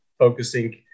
focusing